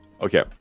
Okay